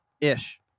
Ish